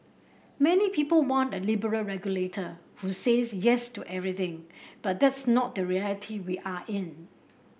many people want a liberal regulator who says yes to everything but that's not the reality we are in